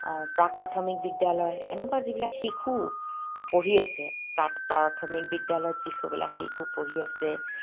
প্ৰাক প্ৰাথমিক বিদ্যালয় এনেকুৱা যিবিলাক শিশু পঢ়ি আছে প্ৰাক প্ৰাথমিক বিদ্যালয়ত যি সেইবিলাক শিশু পঢ়ি আছে